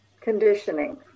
Conditioning